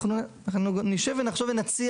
אנחנו נשב ונחשוב ונציע.